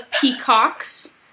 peacocks